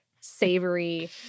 savory